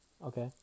Okay